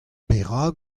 perak